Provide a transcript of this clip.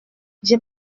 j’ai